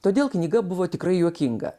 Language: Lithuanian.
todėl knyga buvo tikrai juokinga